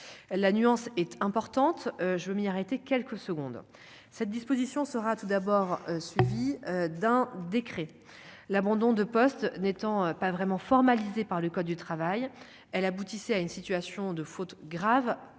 la nuance est importante, je veux m'y arrêter quelques secondes cette disposition sera tout d'abord, suivi d'un décret, l'abandon de poste n'étant pas vraiment formalisé par le code du travail, elle aboutissait à une situation de faute grave